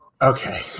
Okay